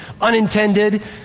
unintended